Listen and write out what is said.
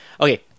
Okay